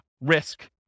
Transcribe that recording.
risk